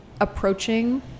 approaching